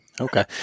Okay